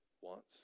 wants